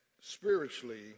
spiritually